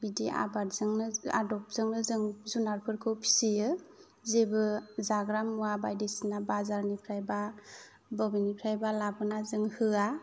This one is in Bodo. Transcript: बिदि आदबजोंनो जों जुनारफोरखौ फिसियो जेबो जाग्रा मुवा बाजारनिफ्राय एबा बबेनिफ्रायबा लाबोना जों होवा